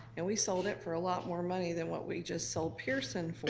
and we sold it for a lot more money than what we just sold pearson for,